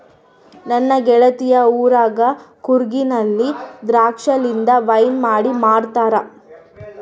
ನನ್ನ ಗೆಳತಿ ಊರಗ ಕೂರ್ಗಿನಲ್ಲಿ ದ್ರಾಕ್ಷಿಲಿಂದ ವೈನ್ ಮಾಡಿ ಮಾಡ್ತಾರ